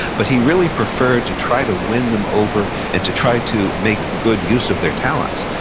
but he really preferred to try to win them over and to try to make good use of their talents,